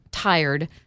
Tired